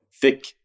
thick